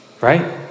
Right